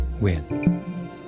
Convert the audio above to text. win